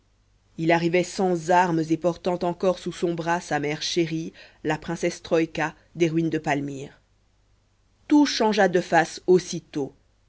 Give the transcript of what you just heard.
il arrivait sans armes et portant encore sous son bras sa mère chérie la princesse troïka des ruines de palmyre tout changea de face aussitôt